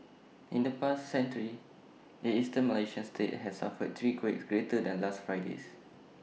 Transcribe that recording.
in the past century the Eastern Malaysian state has suffered three quakes greater than last Friday's